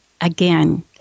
again